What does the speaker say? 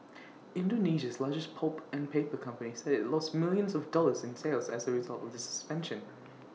Indonesia's largest pulp and paper company said IT lost millions of dollars in sales as A result of the suspension